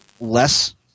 less